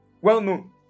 Well-known